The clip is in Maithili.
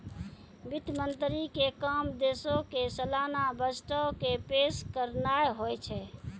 वित्त मंत्री के काम देशो के सलाना बजटो के पेश करनाय होय छै